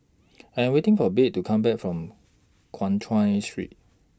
I Am waiting For Babe to Come Back from Guan Chuan Street